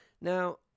Now